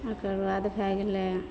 ओकर बाद भए गेलै